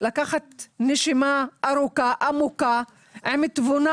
לקחת נשימה ארוכה, עמוקה עם תבונה